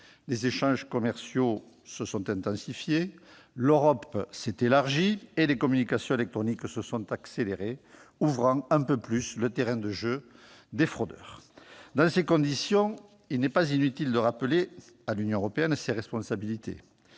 les échanges commerciaux se sont intensifiés, l'Europe s'est élargie et les communications électroniques se sont accélérées, ouvrant un peu plus le terrain de jeu des fraudeurs. Dans ces conditions, il n'est pas inutile de rappeler à l'Union européenne ses responsabilités